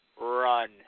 run